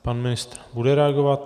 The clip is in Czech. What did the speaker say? Pan ministr bude reagovat.